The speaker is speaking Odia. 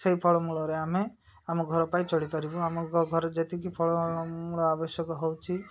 ସେଇ ଫଳମୂଳରେ ଆମେ ଆମ ଘର ପାଇଁ ଚଳିପାରିବୁ ଆମ ଘର ଯେତିକି ଫଳ ମୂଳ ଆବଶ୍ୟକ ହେଉଛିି